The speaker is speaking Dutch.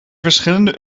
verschillende